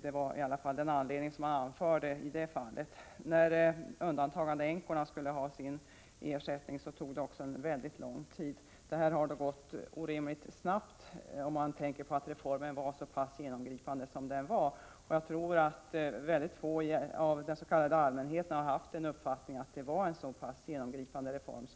Det var i alla fall den anledning som anfördes i det fallet. När ”undantagandeänkorna” skulle ha sin ersättning tog det också mycket lång tid. Sjukförsäkringsreformen har genomförts orimligt snabbt, om man betänker hur genomgripande den reformen var. Jag tror att mycket få av den s.k. allmänheten har haft uppfattningen att det handlat om en så genomgripande reform.